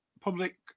public